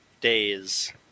Days